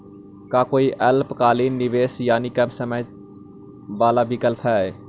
का कोई अल्पकालिक निवेश यानी कम समय चावल विकल्प हई?